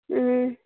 ꯎꯝ